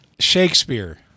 Shakespeare